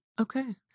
Okay